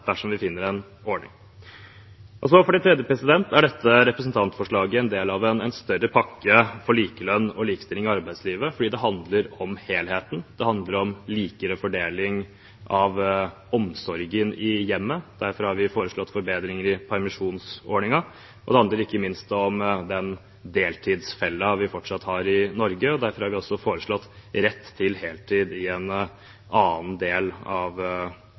dersom vi finner en ordning. For det tredje er dette representantforslaget en del av en større pakke for likelønn og likestilling i arbeidslivet fordi det handler om helheten, det handler om likere fordeling av omsorgen i hjemmet, derfor har vi foreslått forbedringer i permisjonsordningen, og det handler ikke minst om den deltidsfellen vi fortsatt har i Norge, og derfor har vi også foreslått rett til heltid i en annen del av